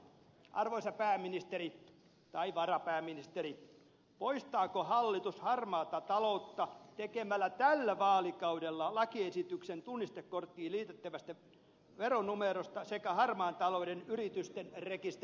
arvoisa pääministeri tai varapääministeri poistaako hallitus harmaata taloutta tekemällä tällä vaalikaudella lakiesityksen tunnistekorttiin liitettävästä veronumerosta sekä harmaan talouden yritysten rekisteristä